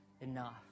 enough